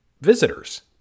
visitors